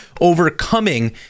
overcoming